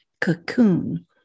cocoon